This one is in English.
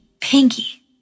Pinky